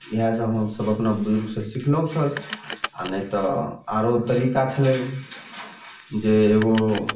इएह सभ हमसभ अपना बुजुर्गसँ सिखलहुँ छल आ नहि तऽ आरो तरीका छलै जे एगो